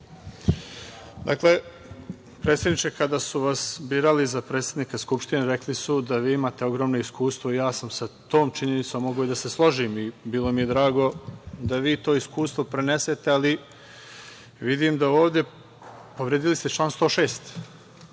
Predsedniče, kada su vas birali za predsednika Skupštine, rekli su da vi imate ogromno iskustvo i ja sam sa tom činjenicom mogao i da se složim i bilo mi je drago da vi to iskustvo prenesete, ali ovde ste povredili član 106.